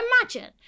imagine